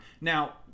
Now